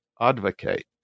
advocate